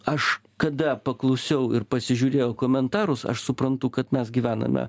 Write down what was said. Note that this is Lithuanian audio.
aš kada paklausiau ir pasižiūrėjau komentarus aš suprantu kad mes gyvename